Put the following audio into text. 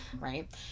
Right